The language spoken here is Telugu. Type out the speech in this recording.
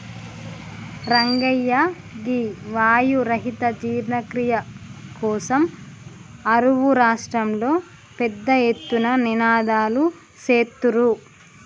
రంగయ్య గీ వాయు రహిత జీర్ణ క్రియ కోసం అరువు రాష్ట్రంలో పెద్ద ఎత్తున నినాదలు సేత్తుర్రు